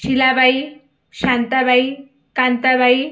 Shilabai Shantabai Kantabai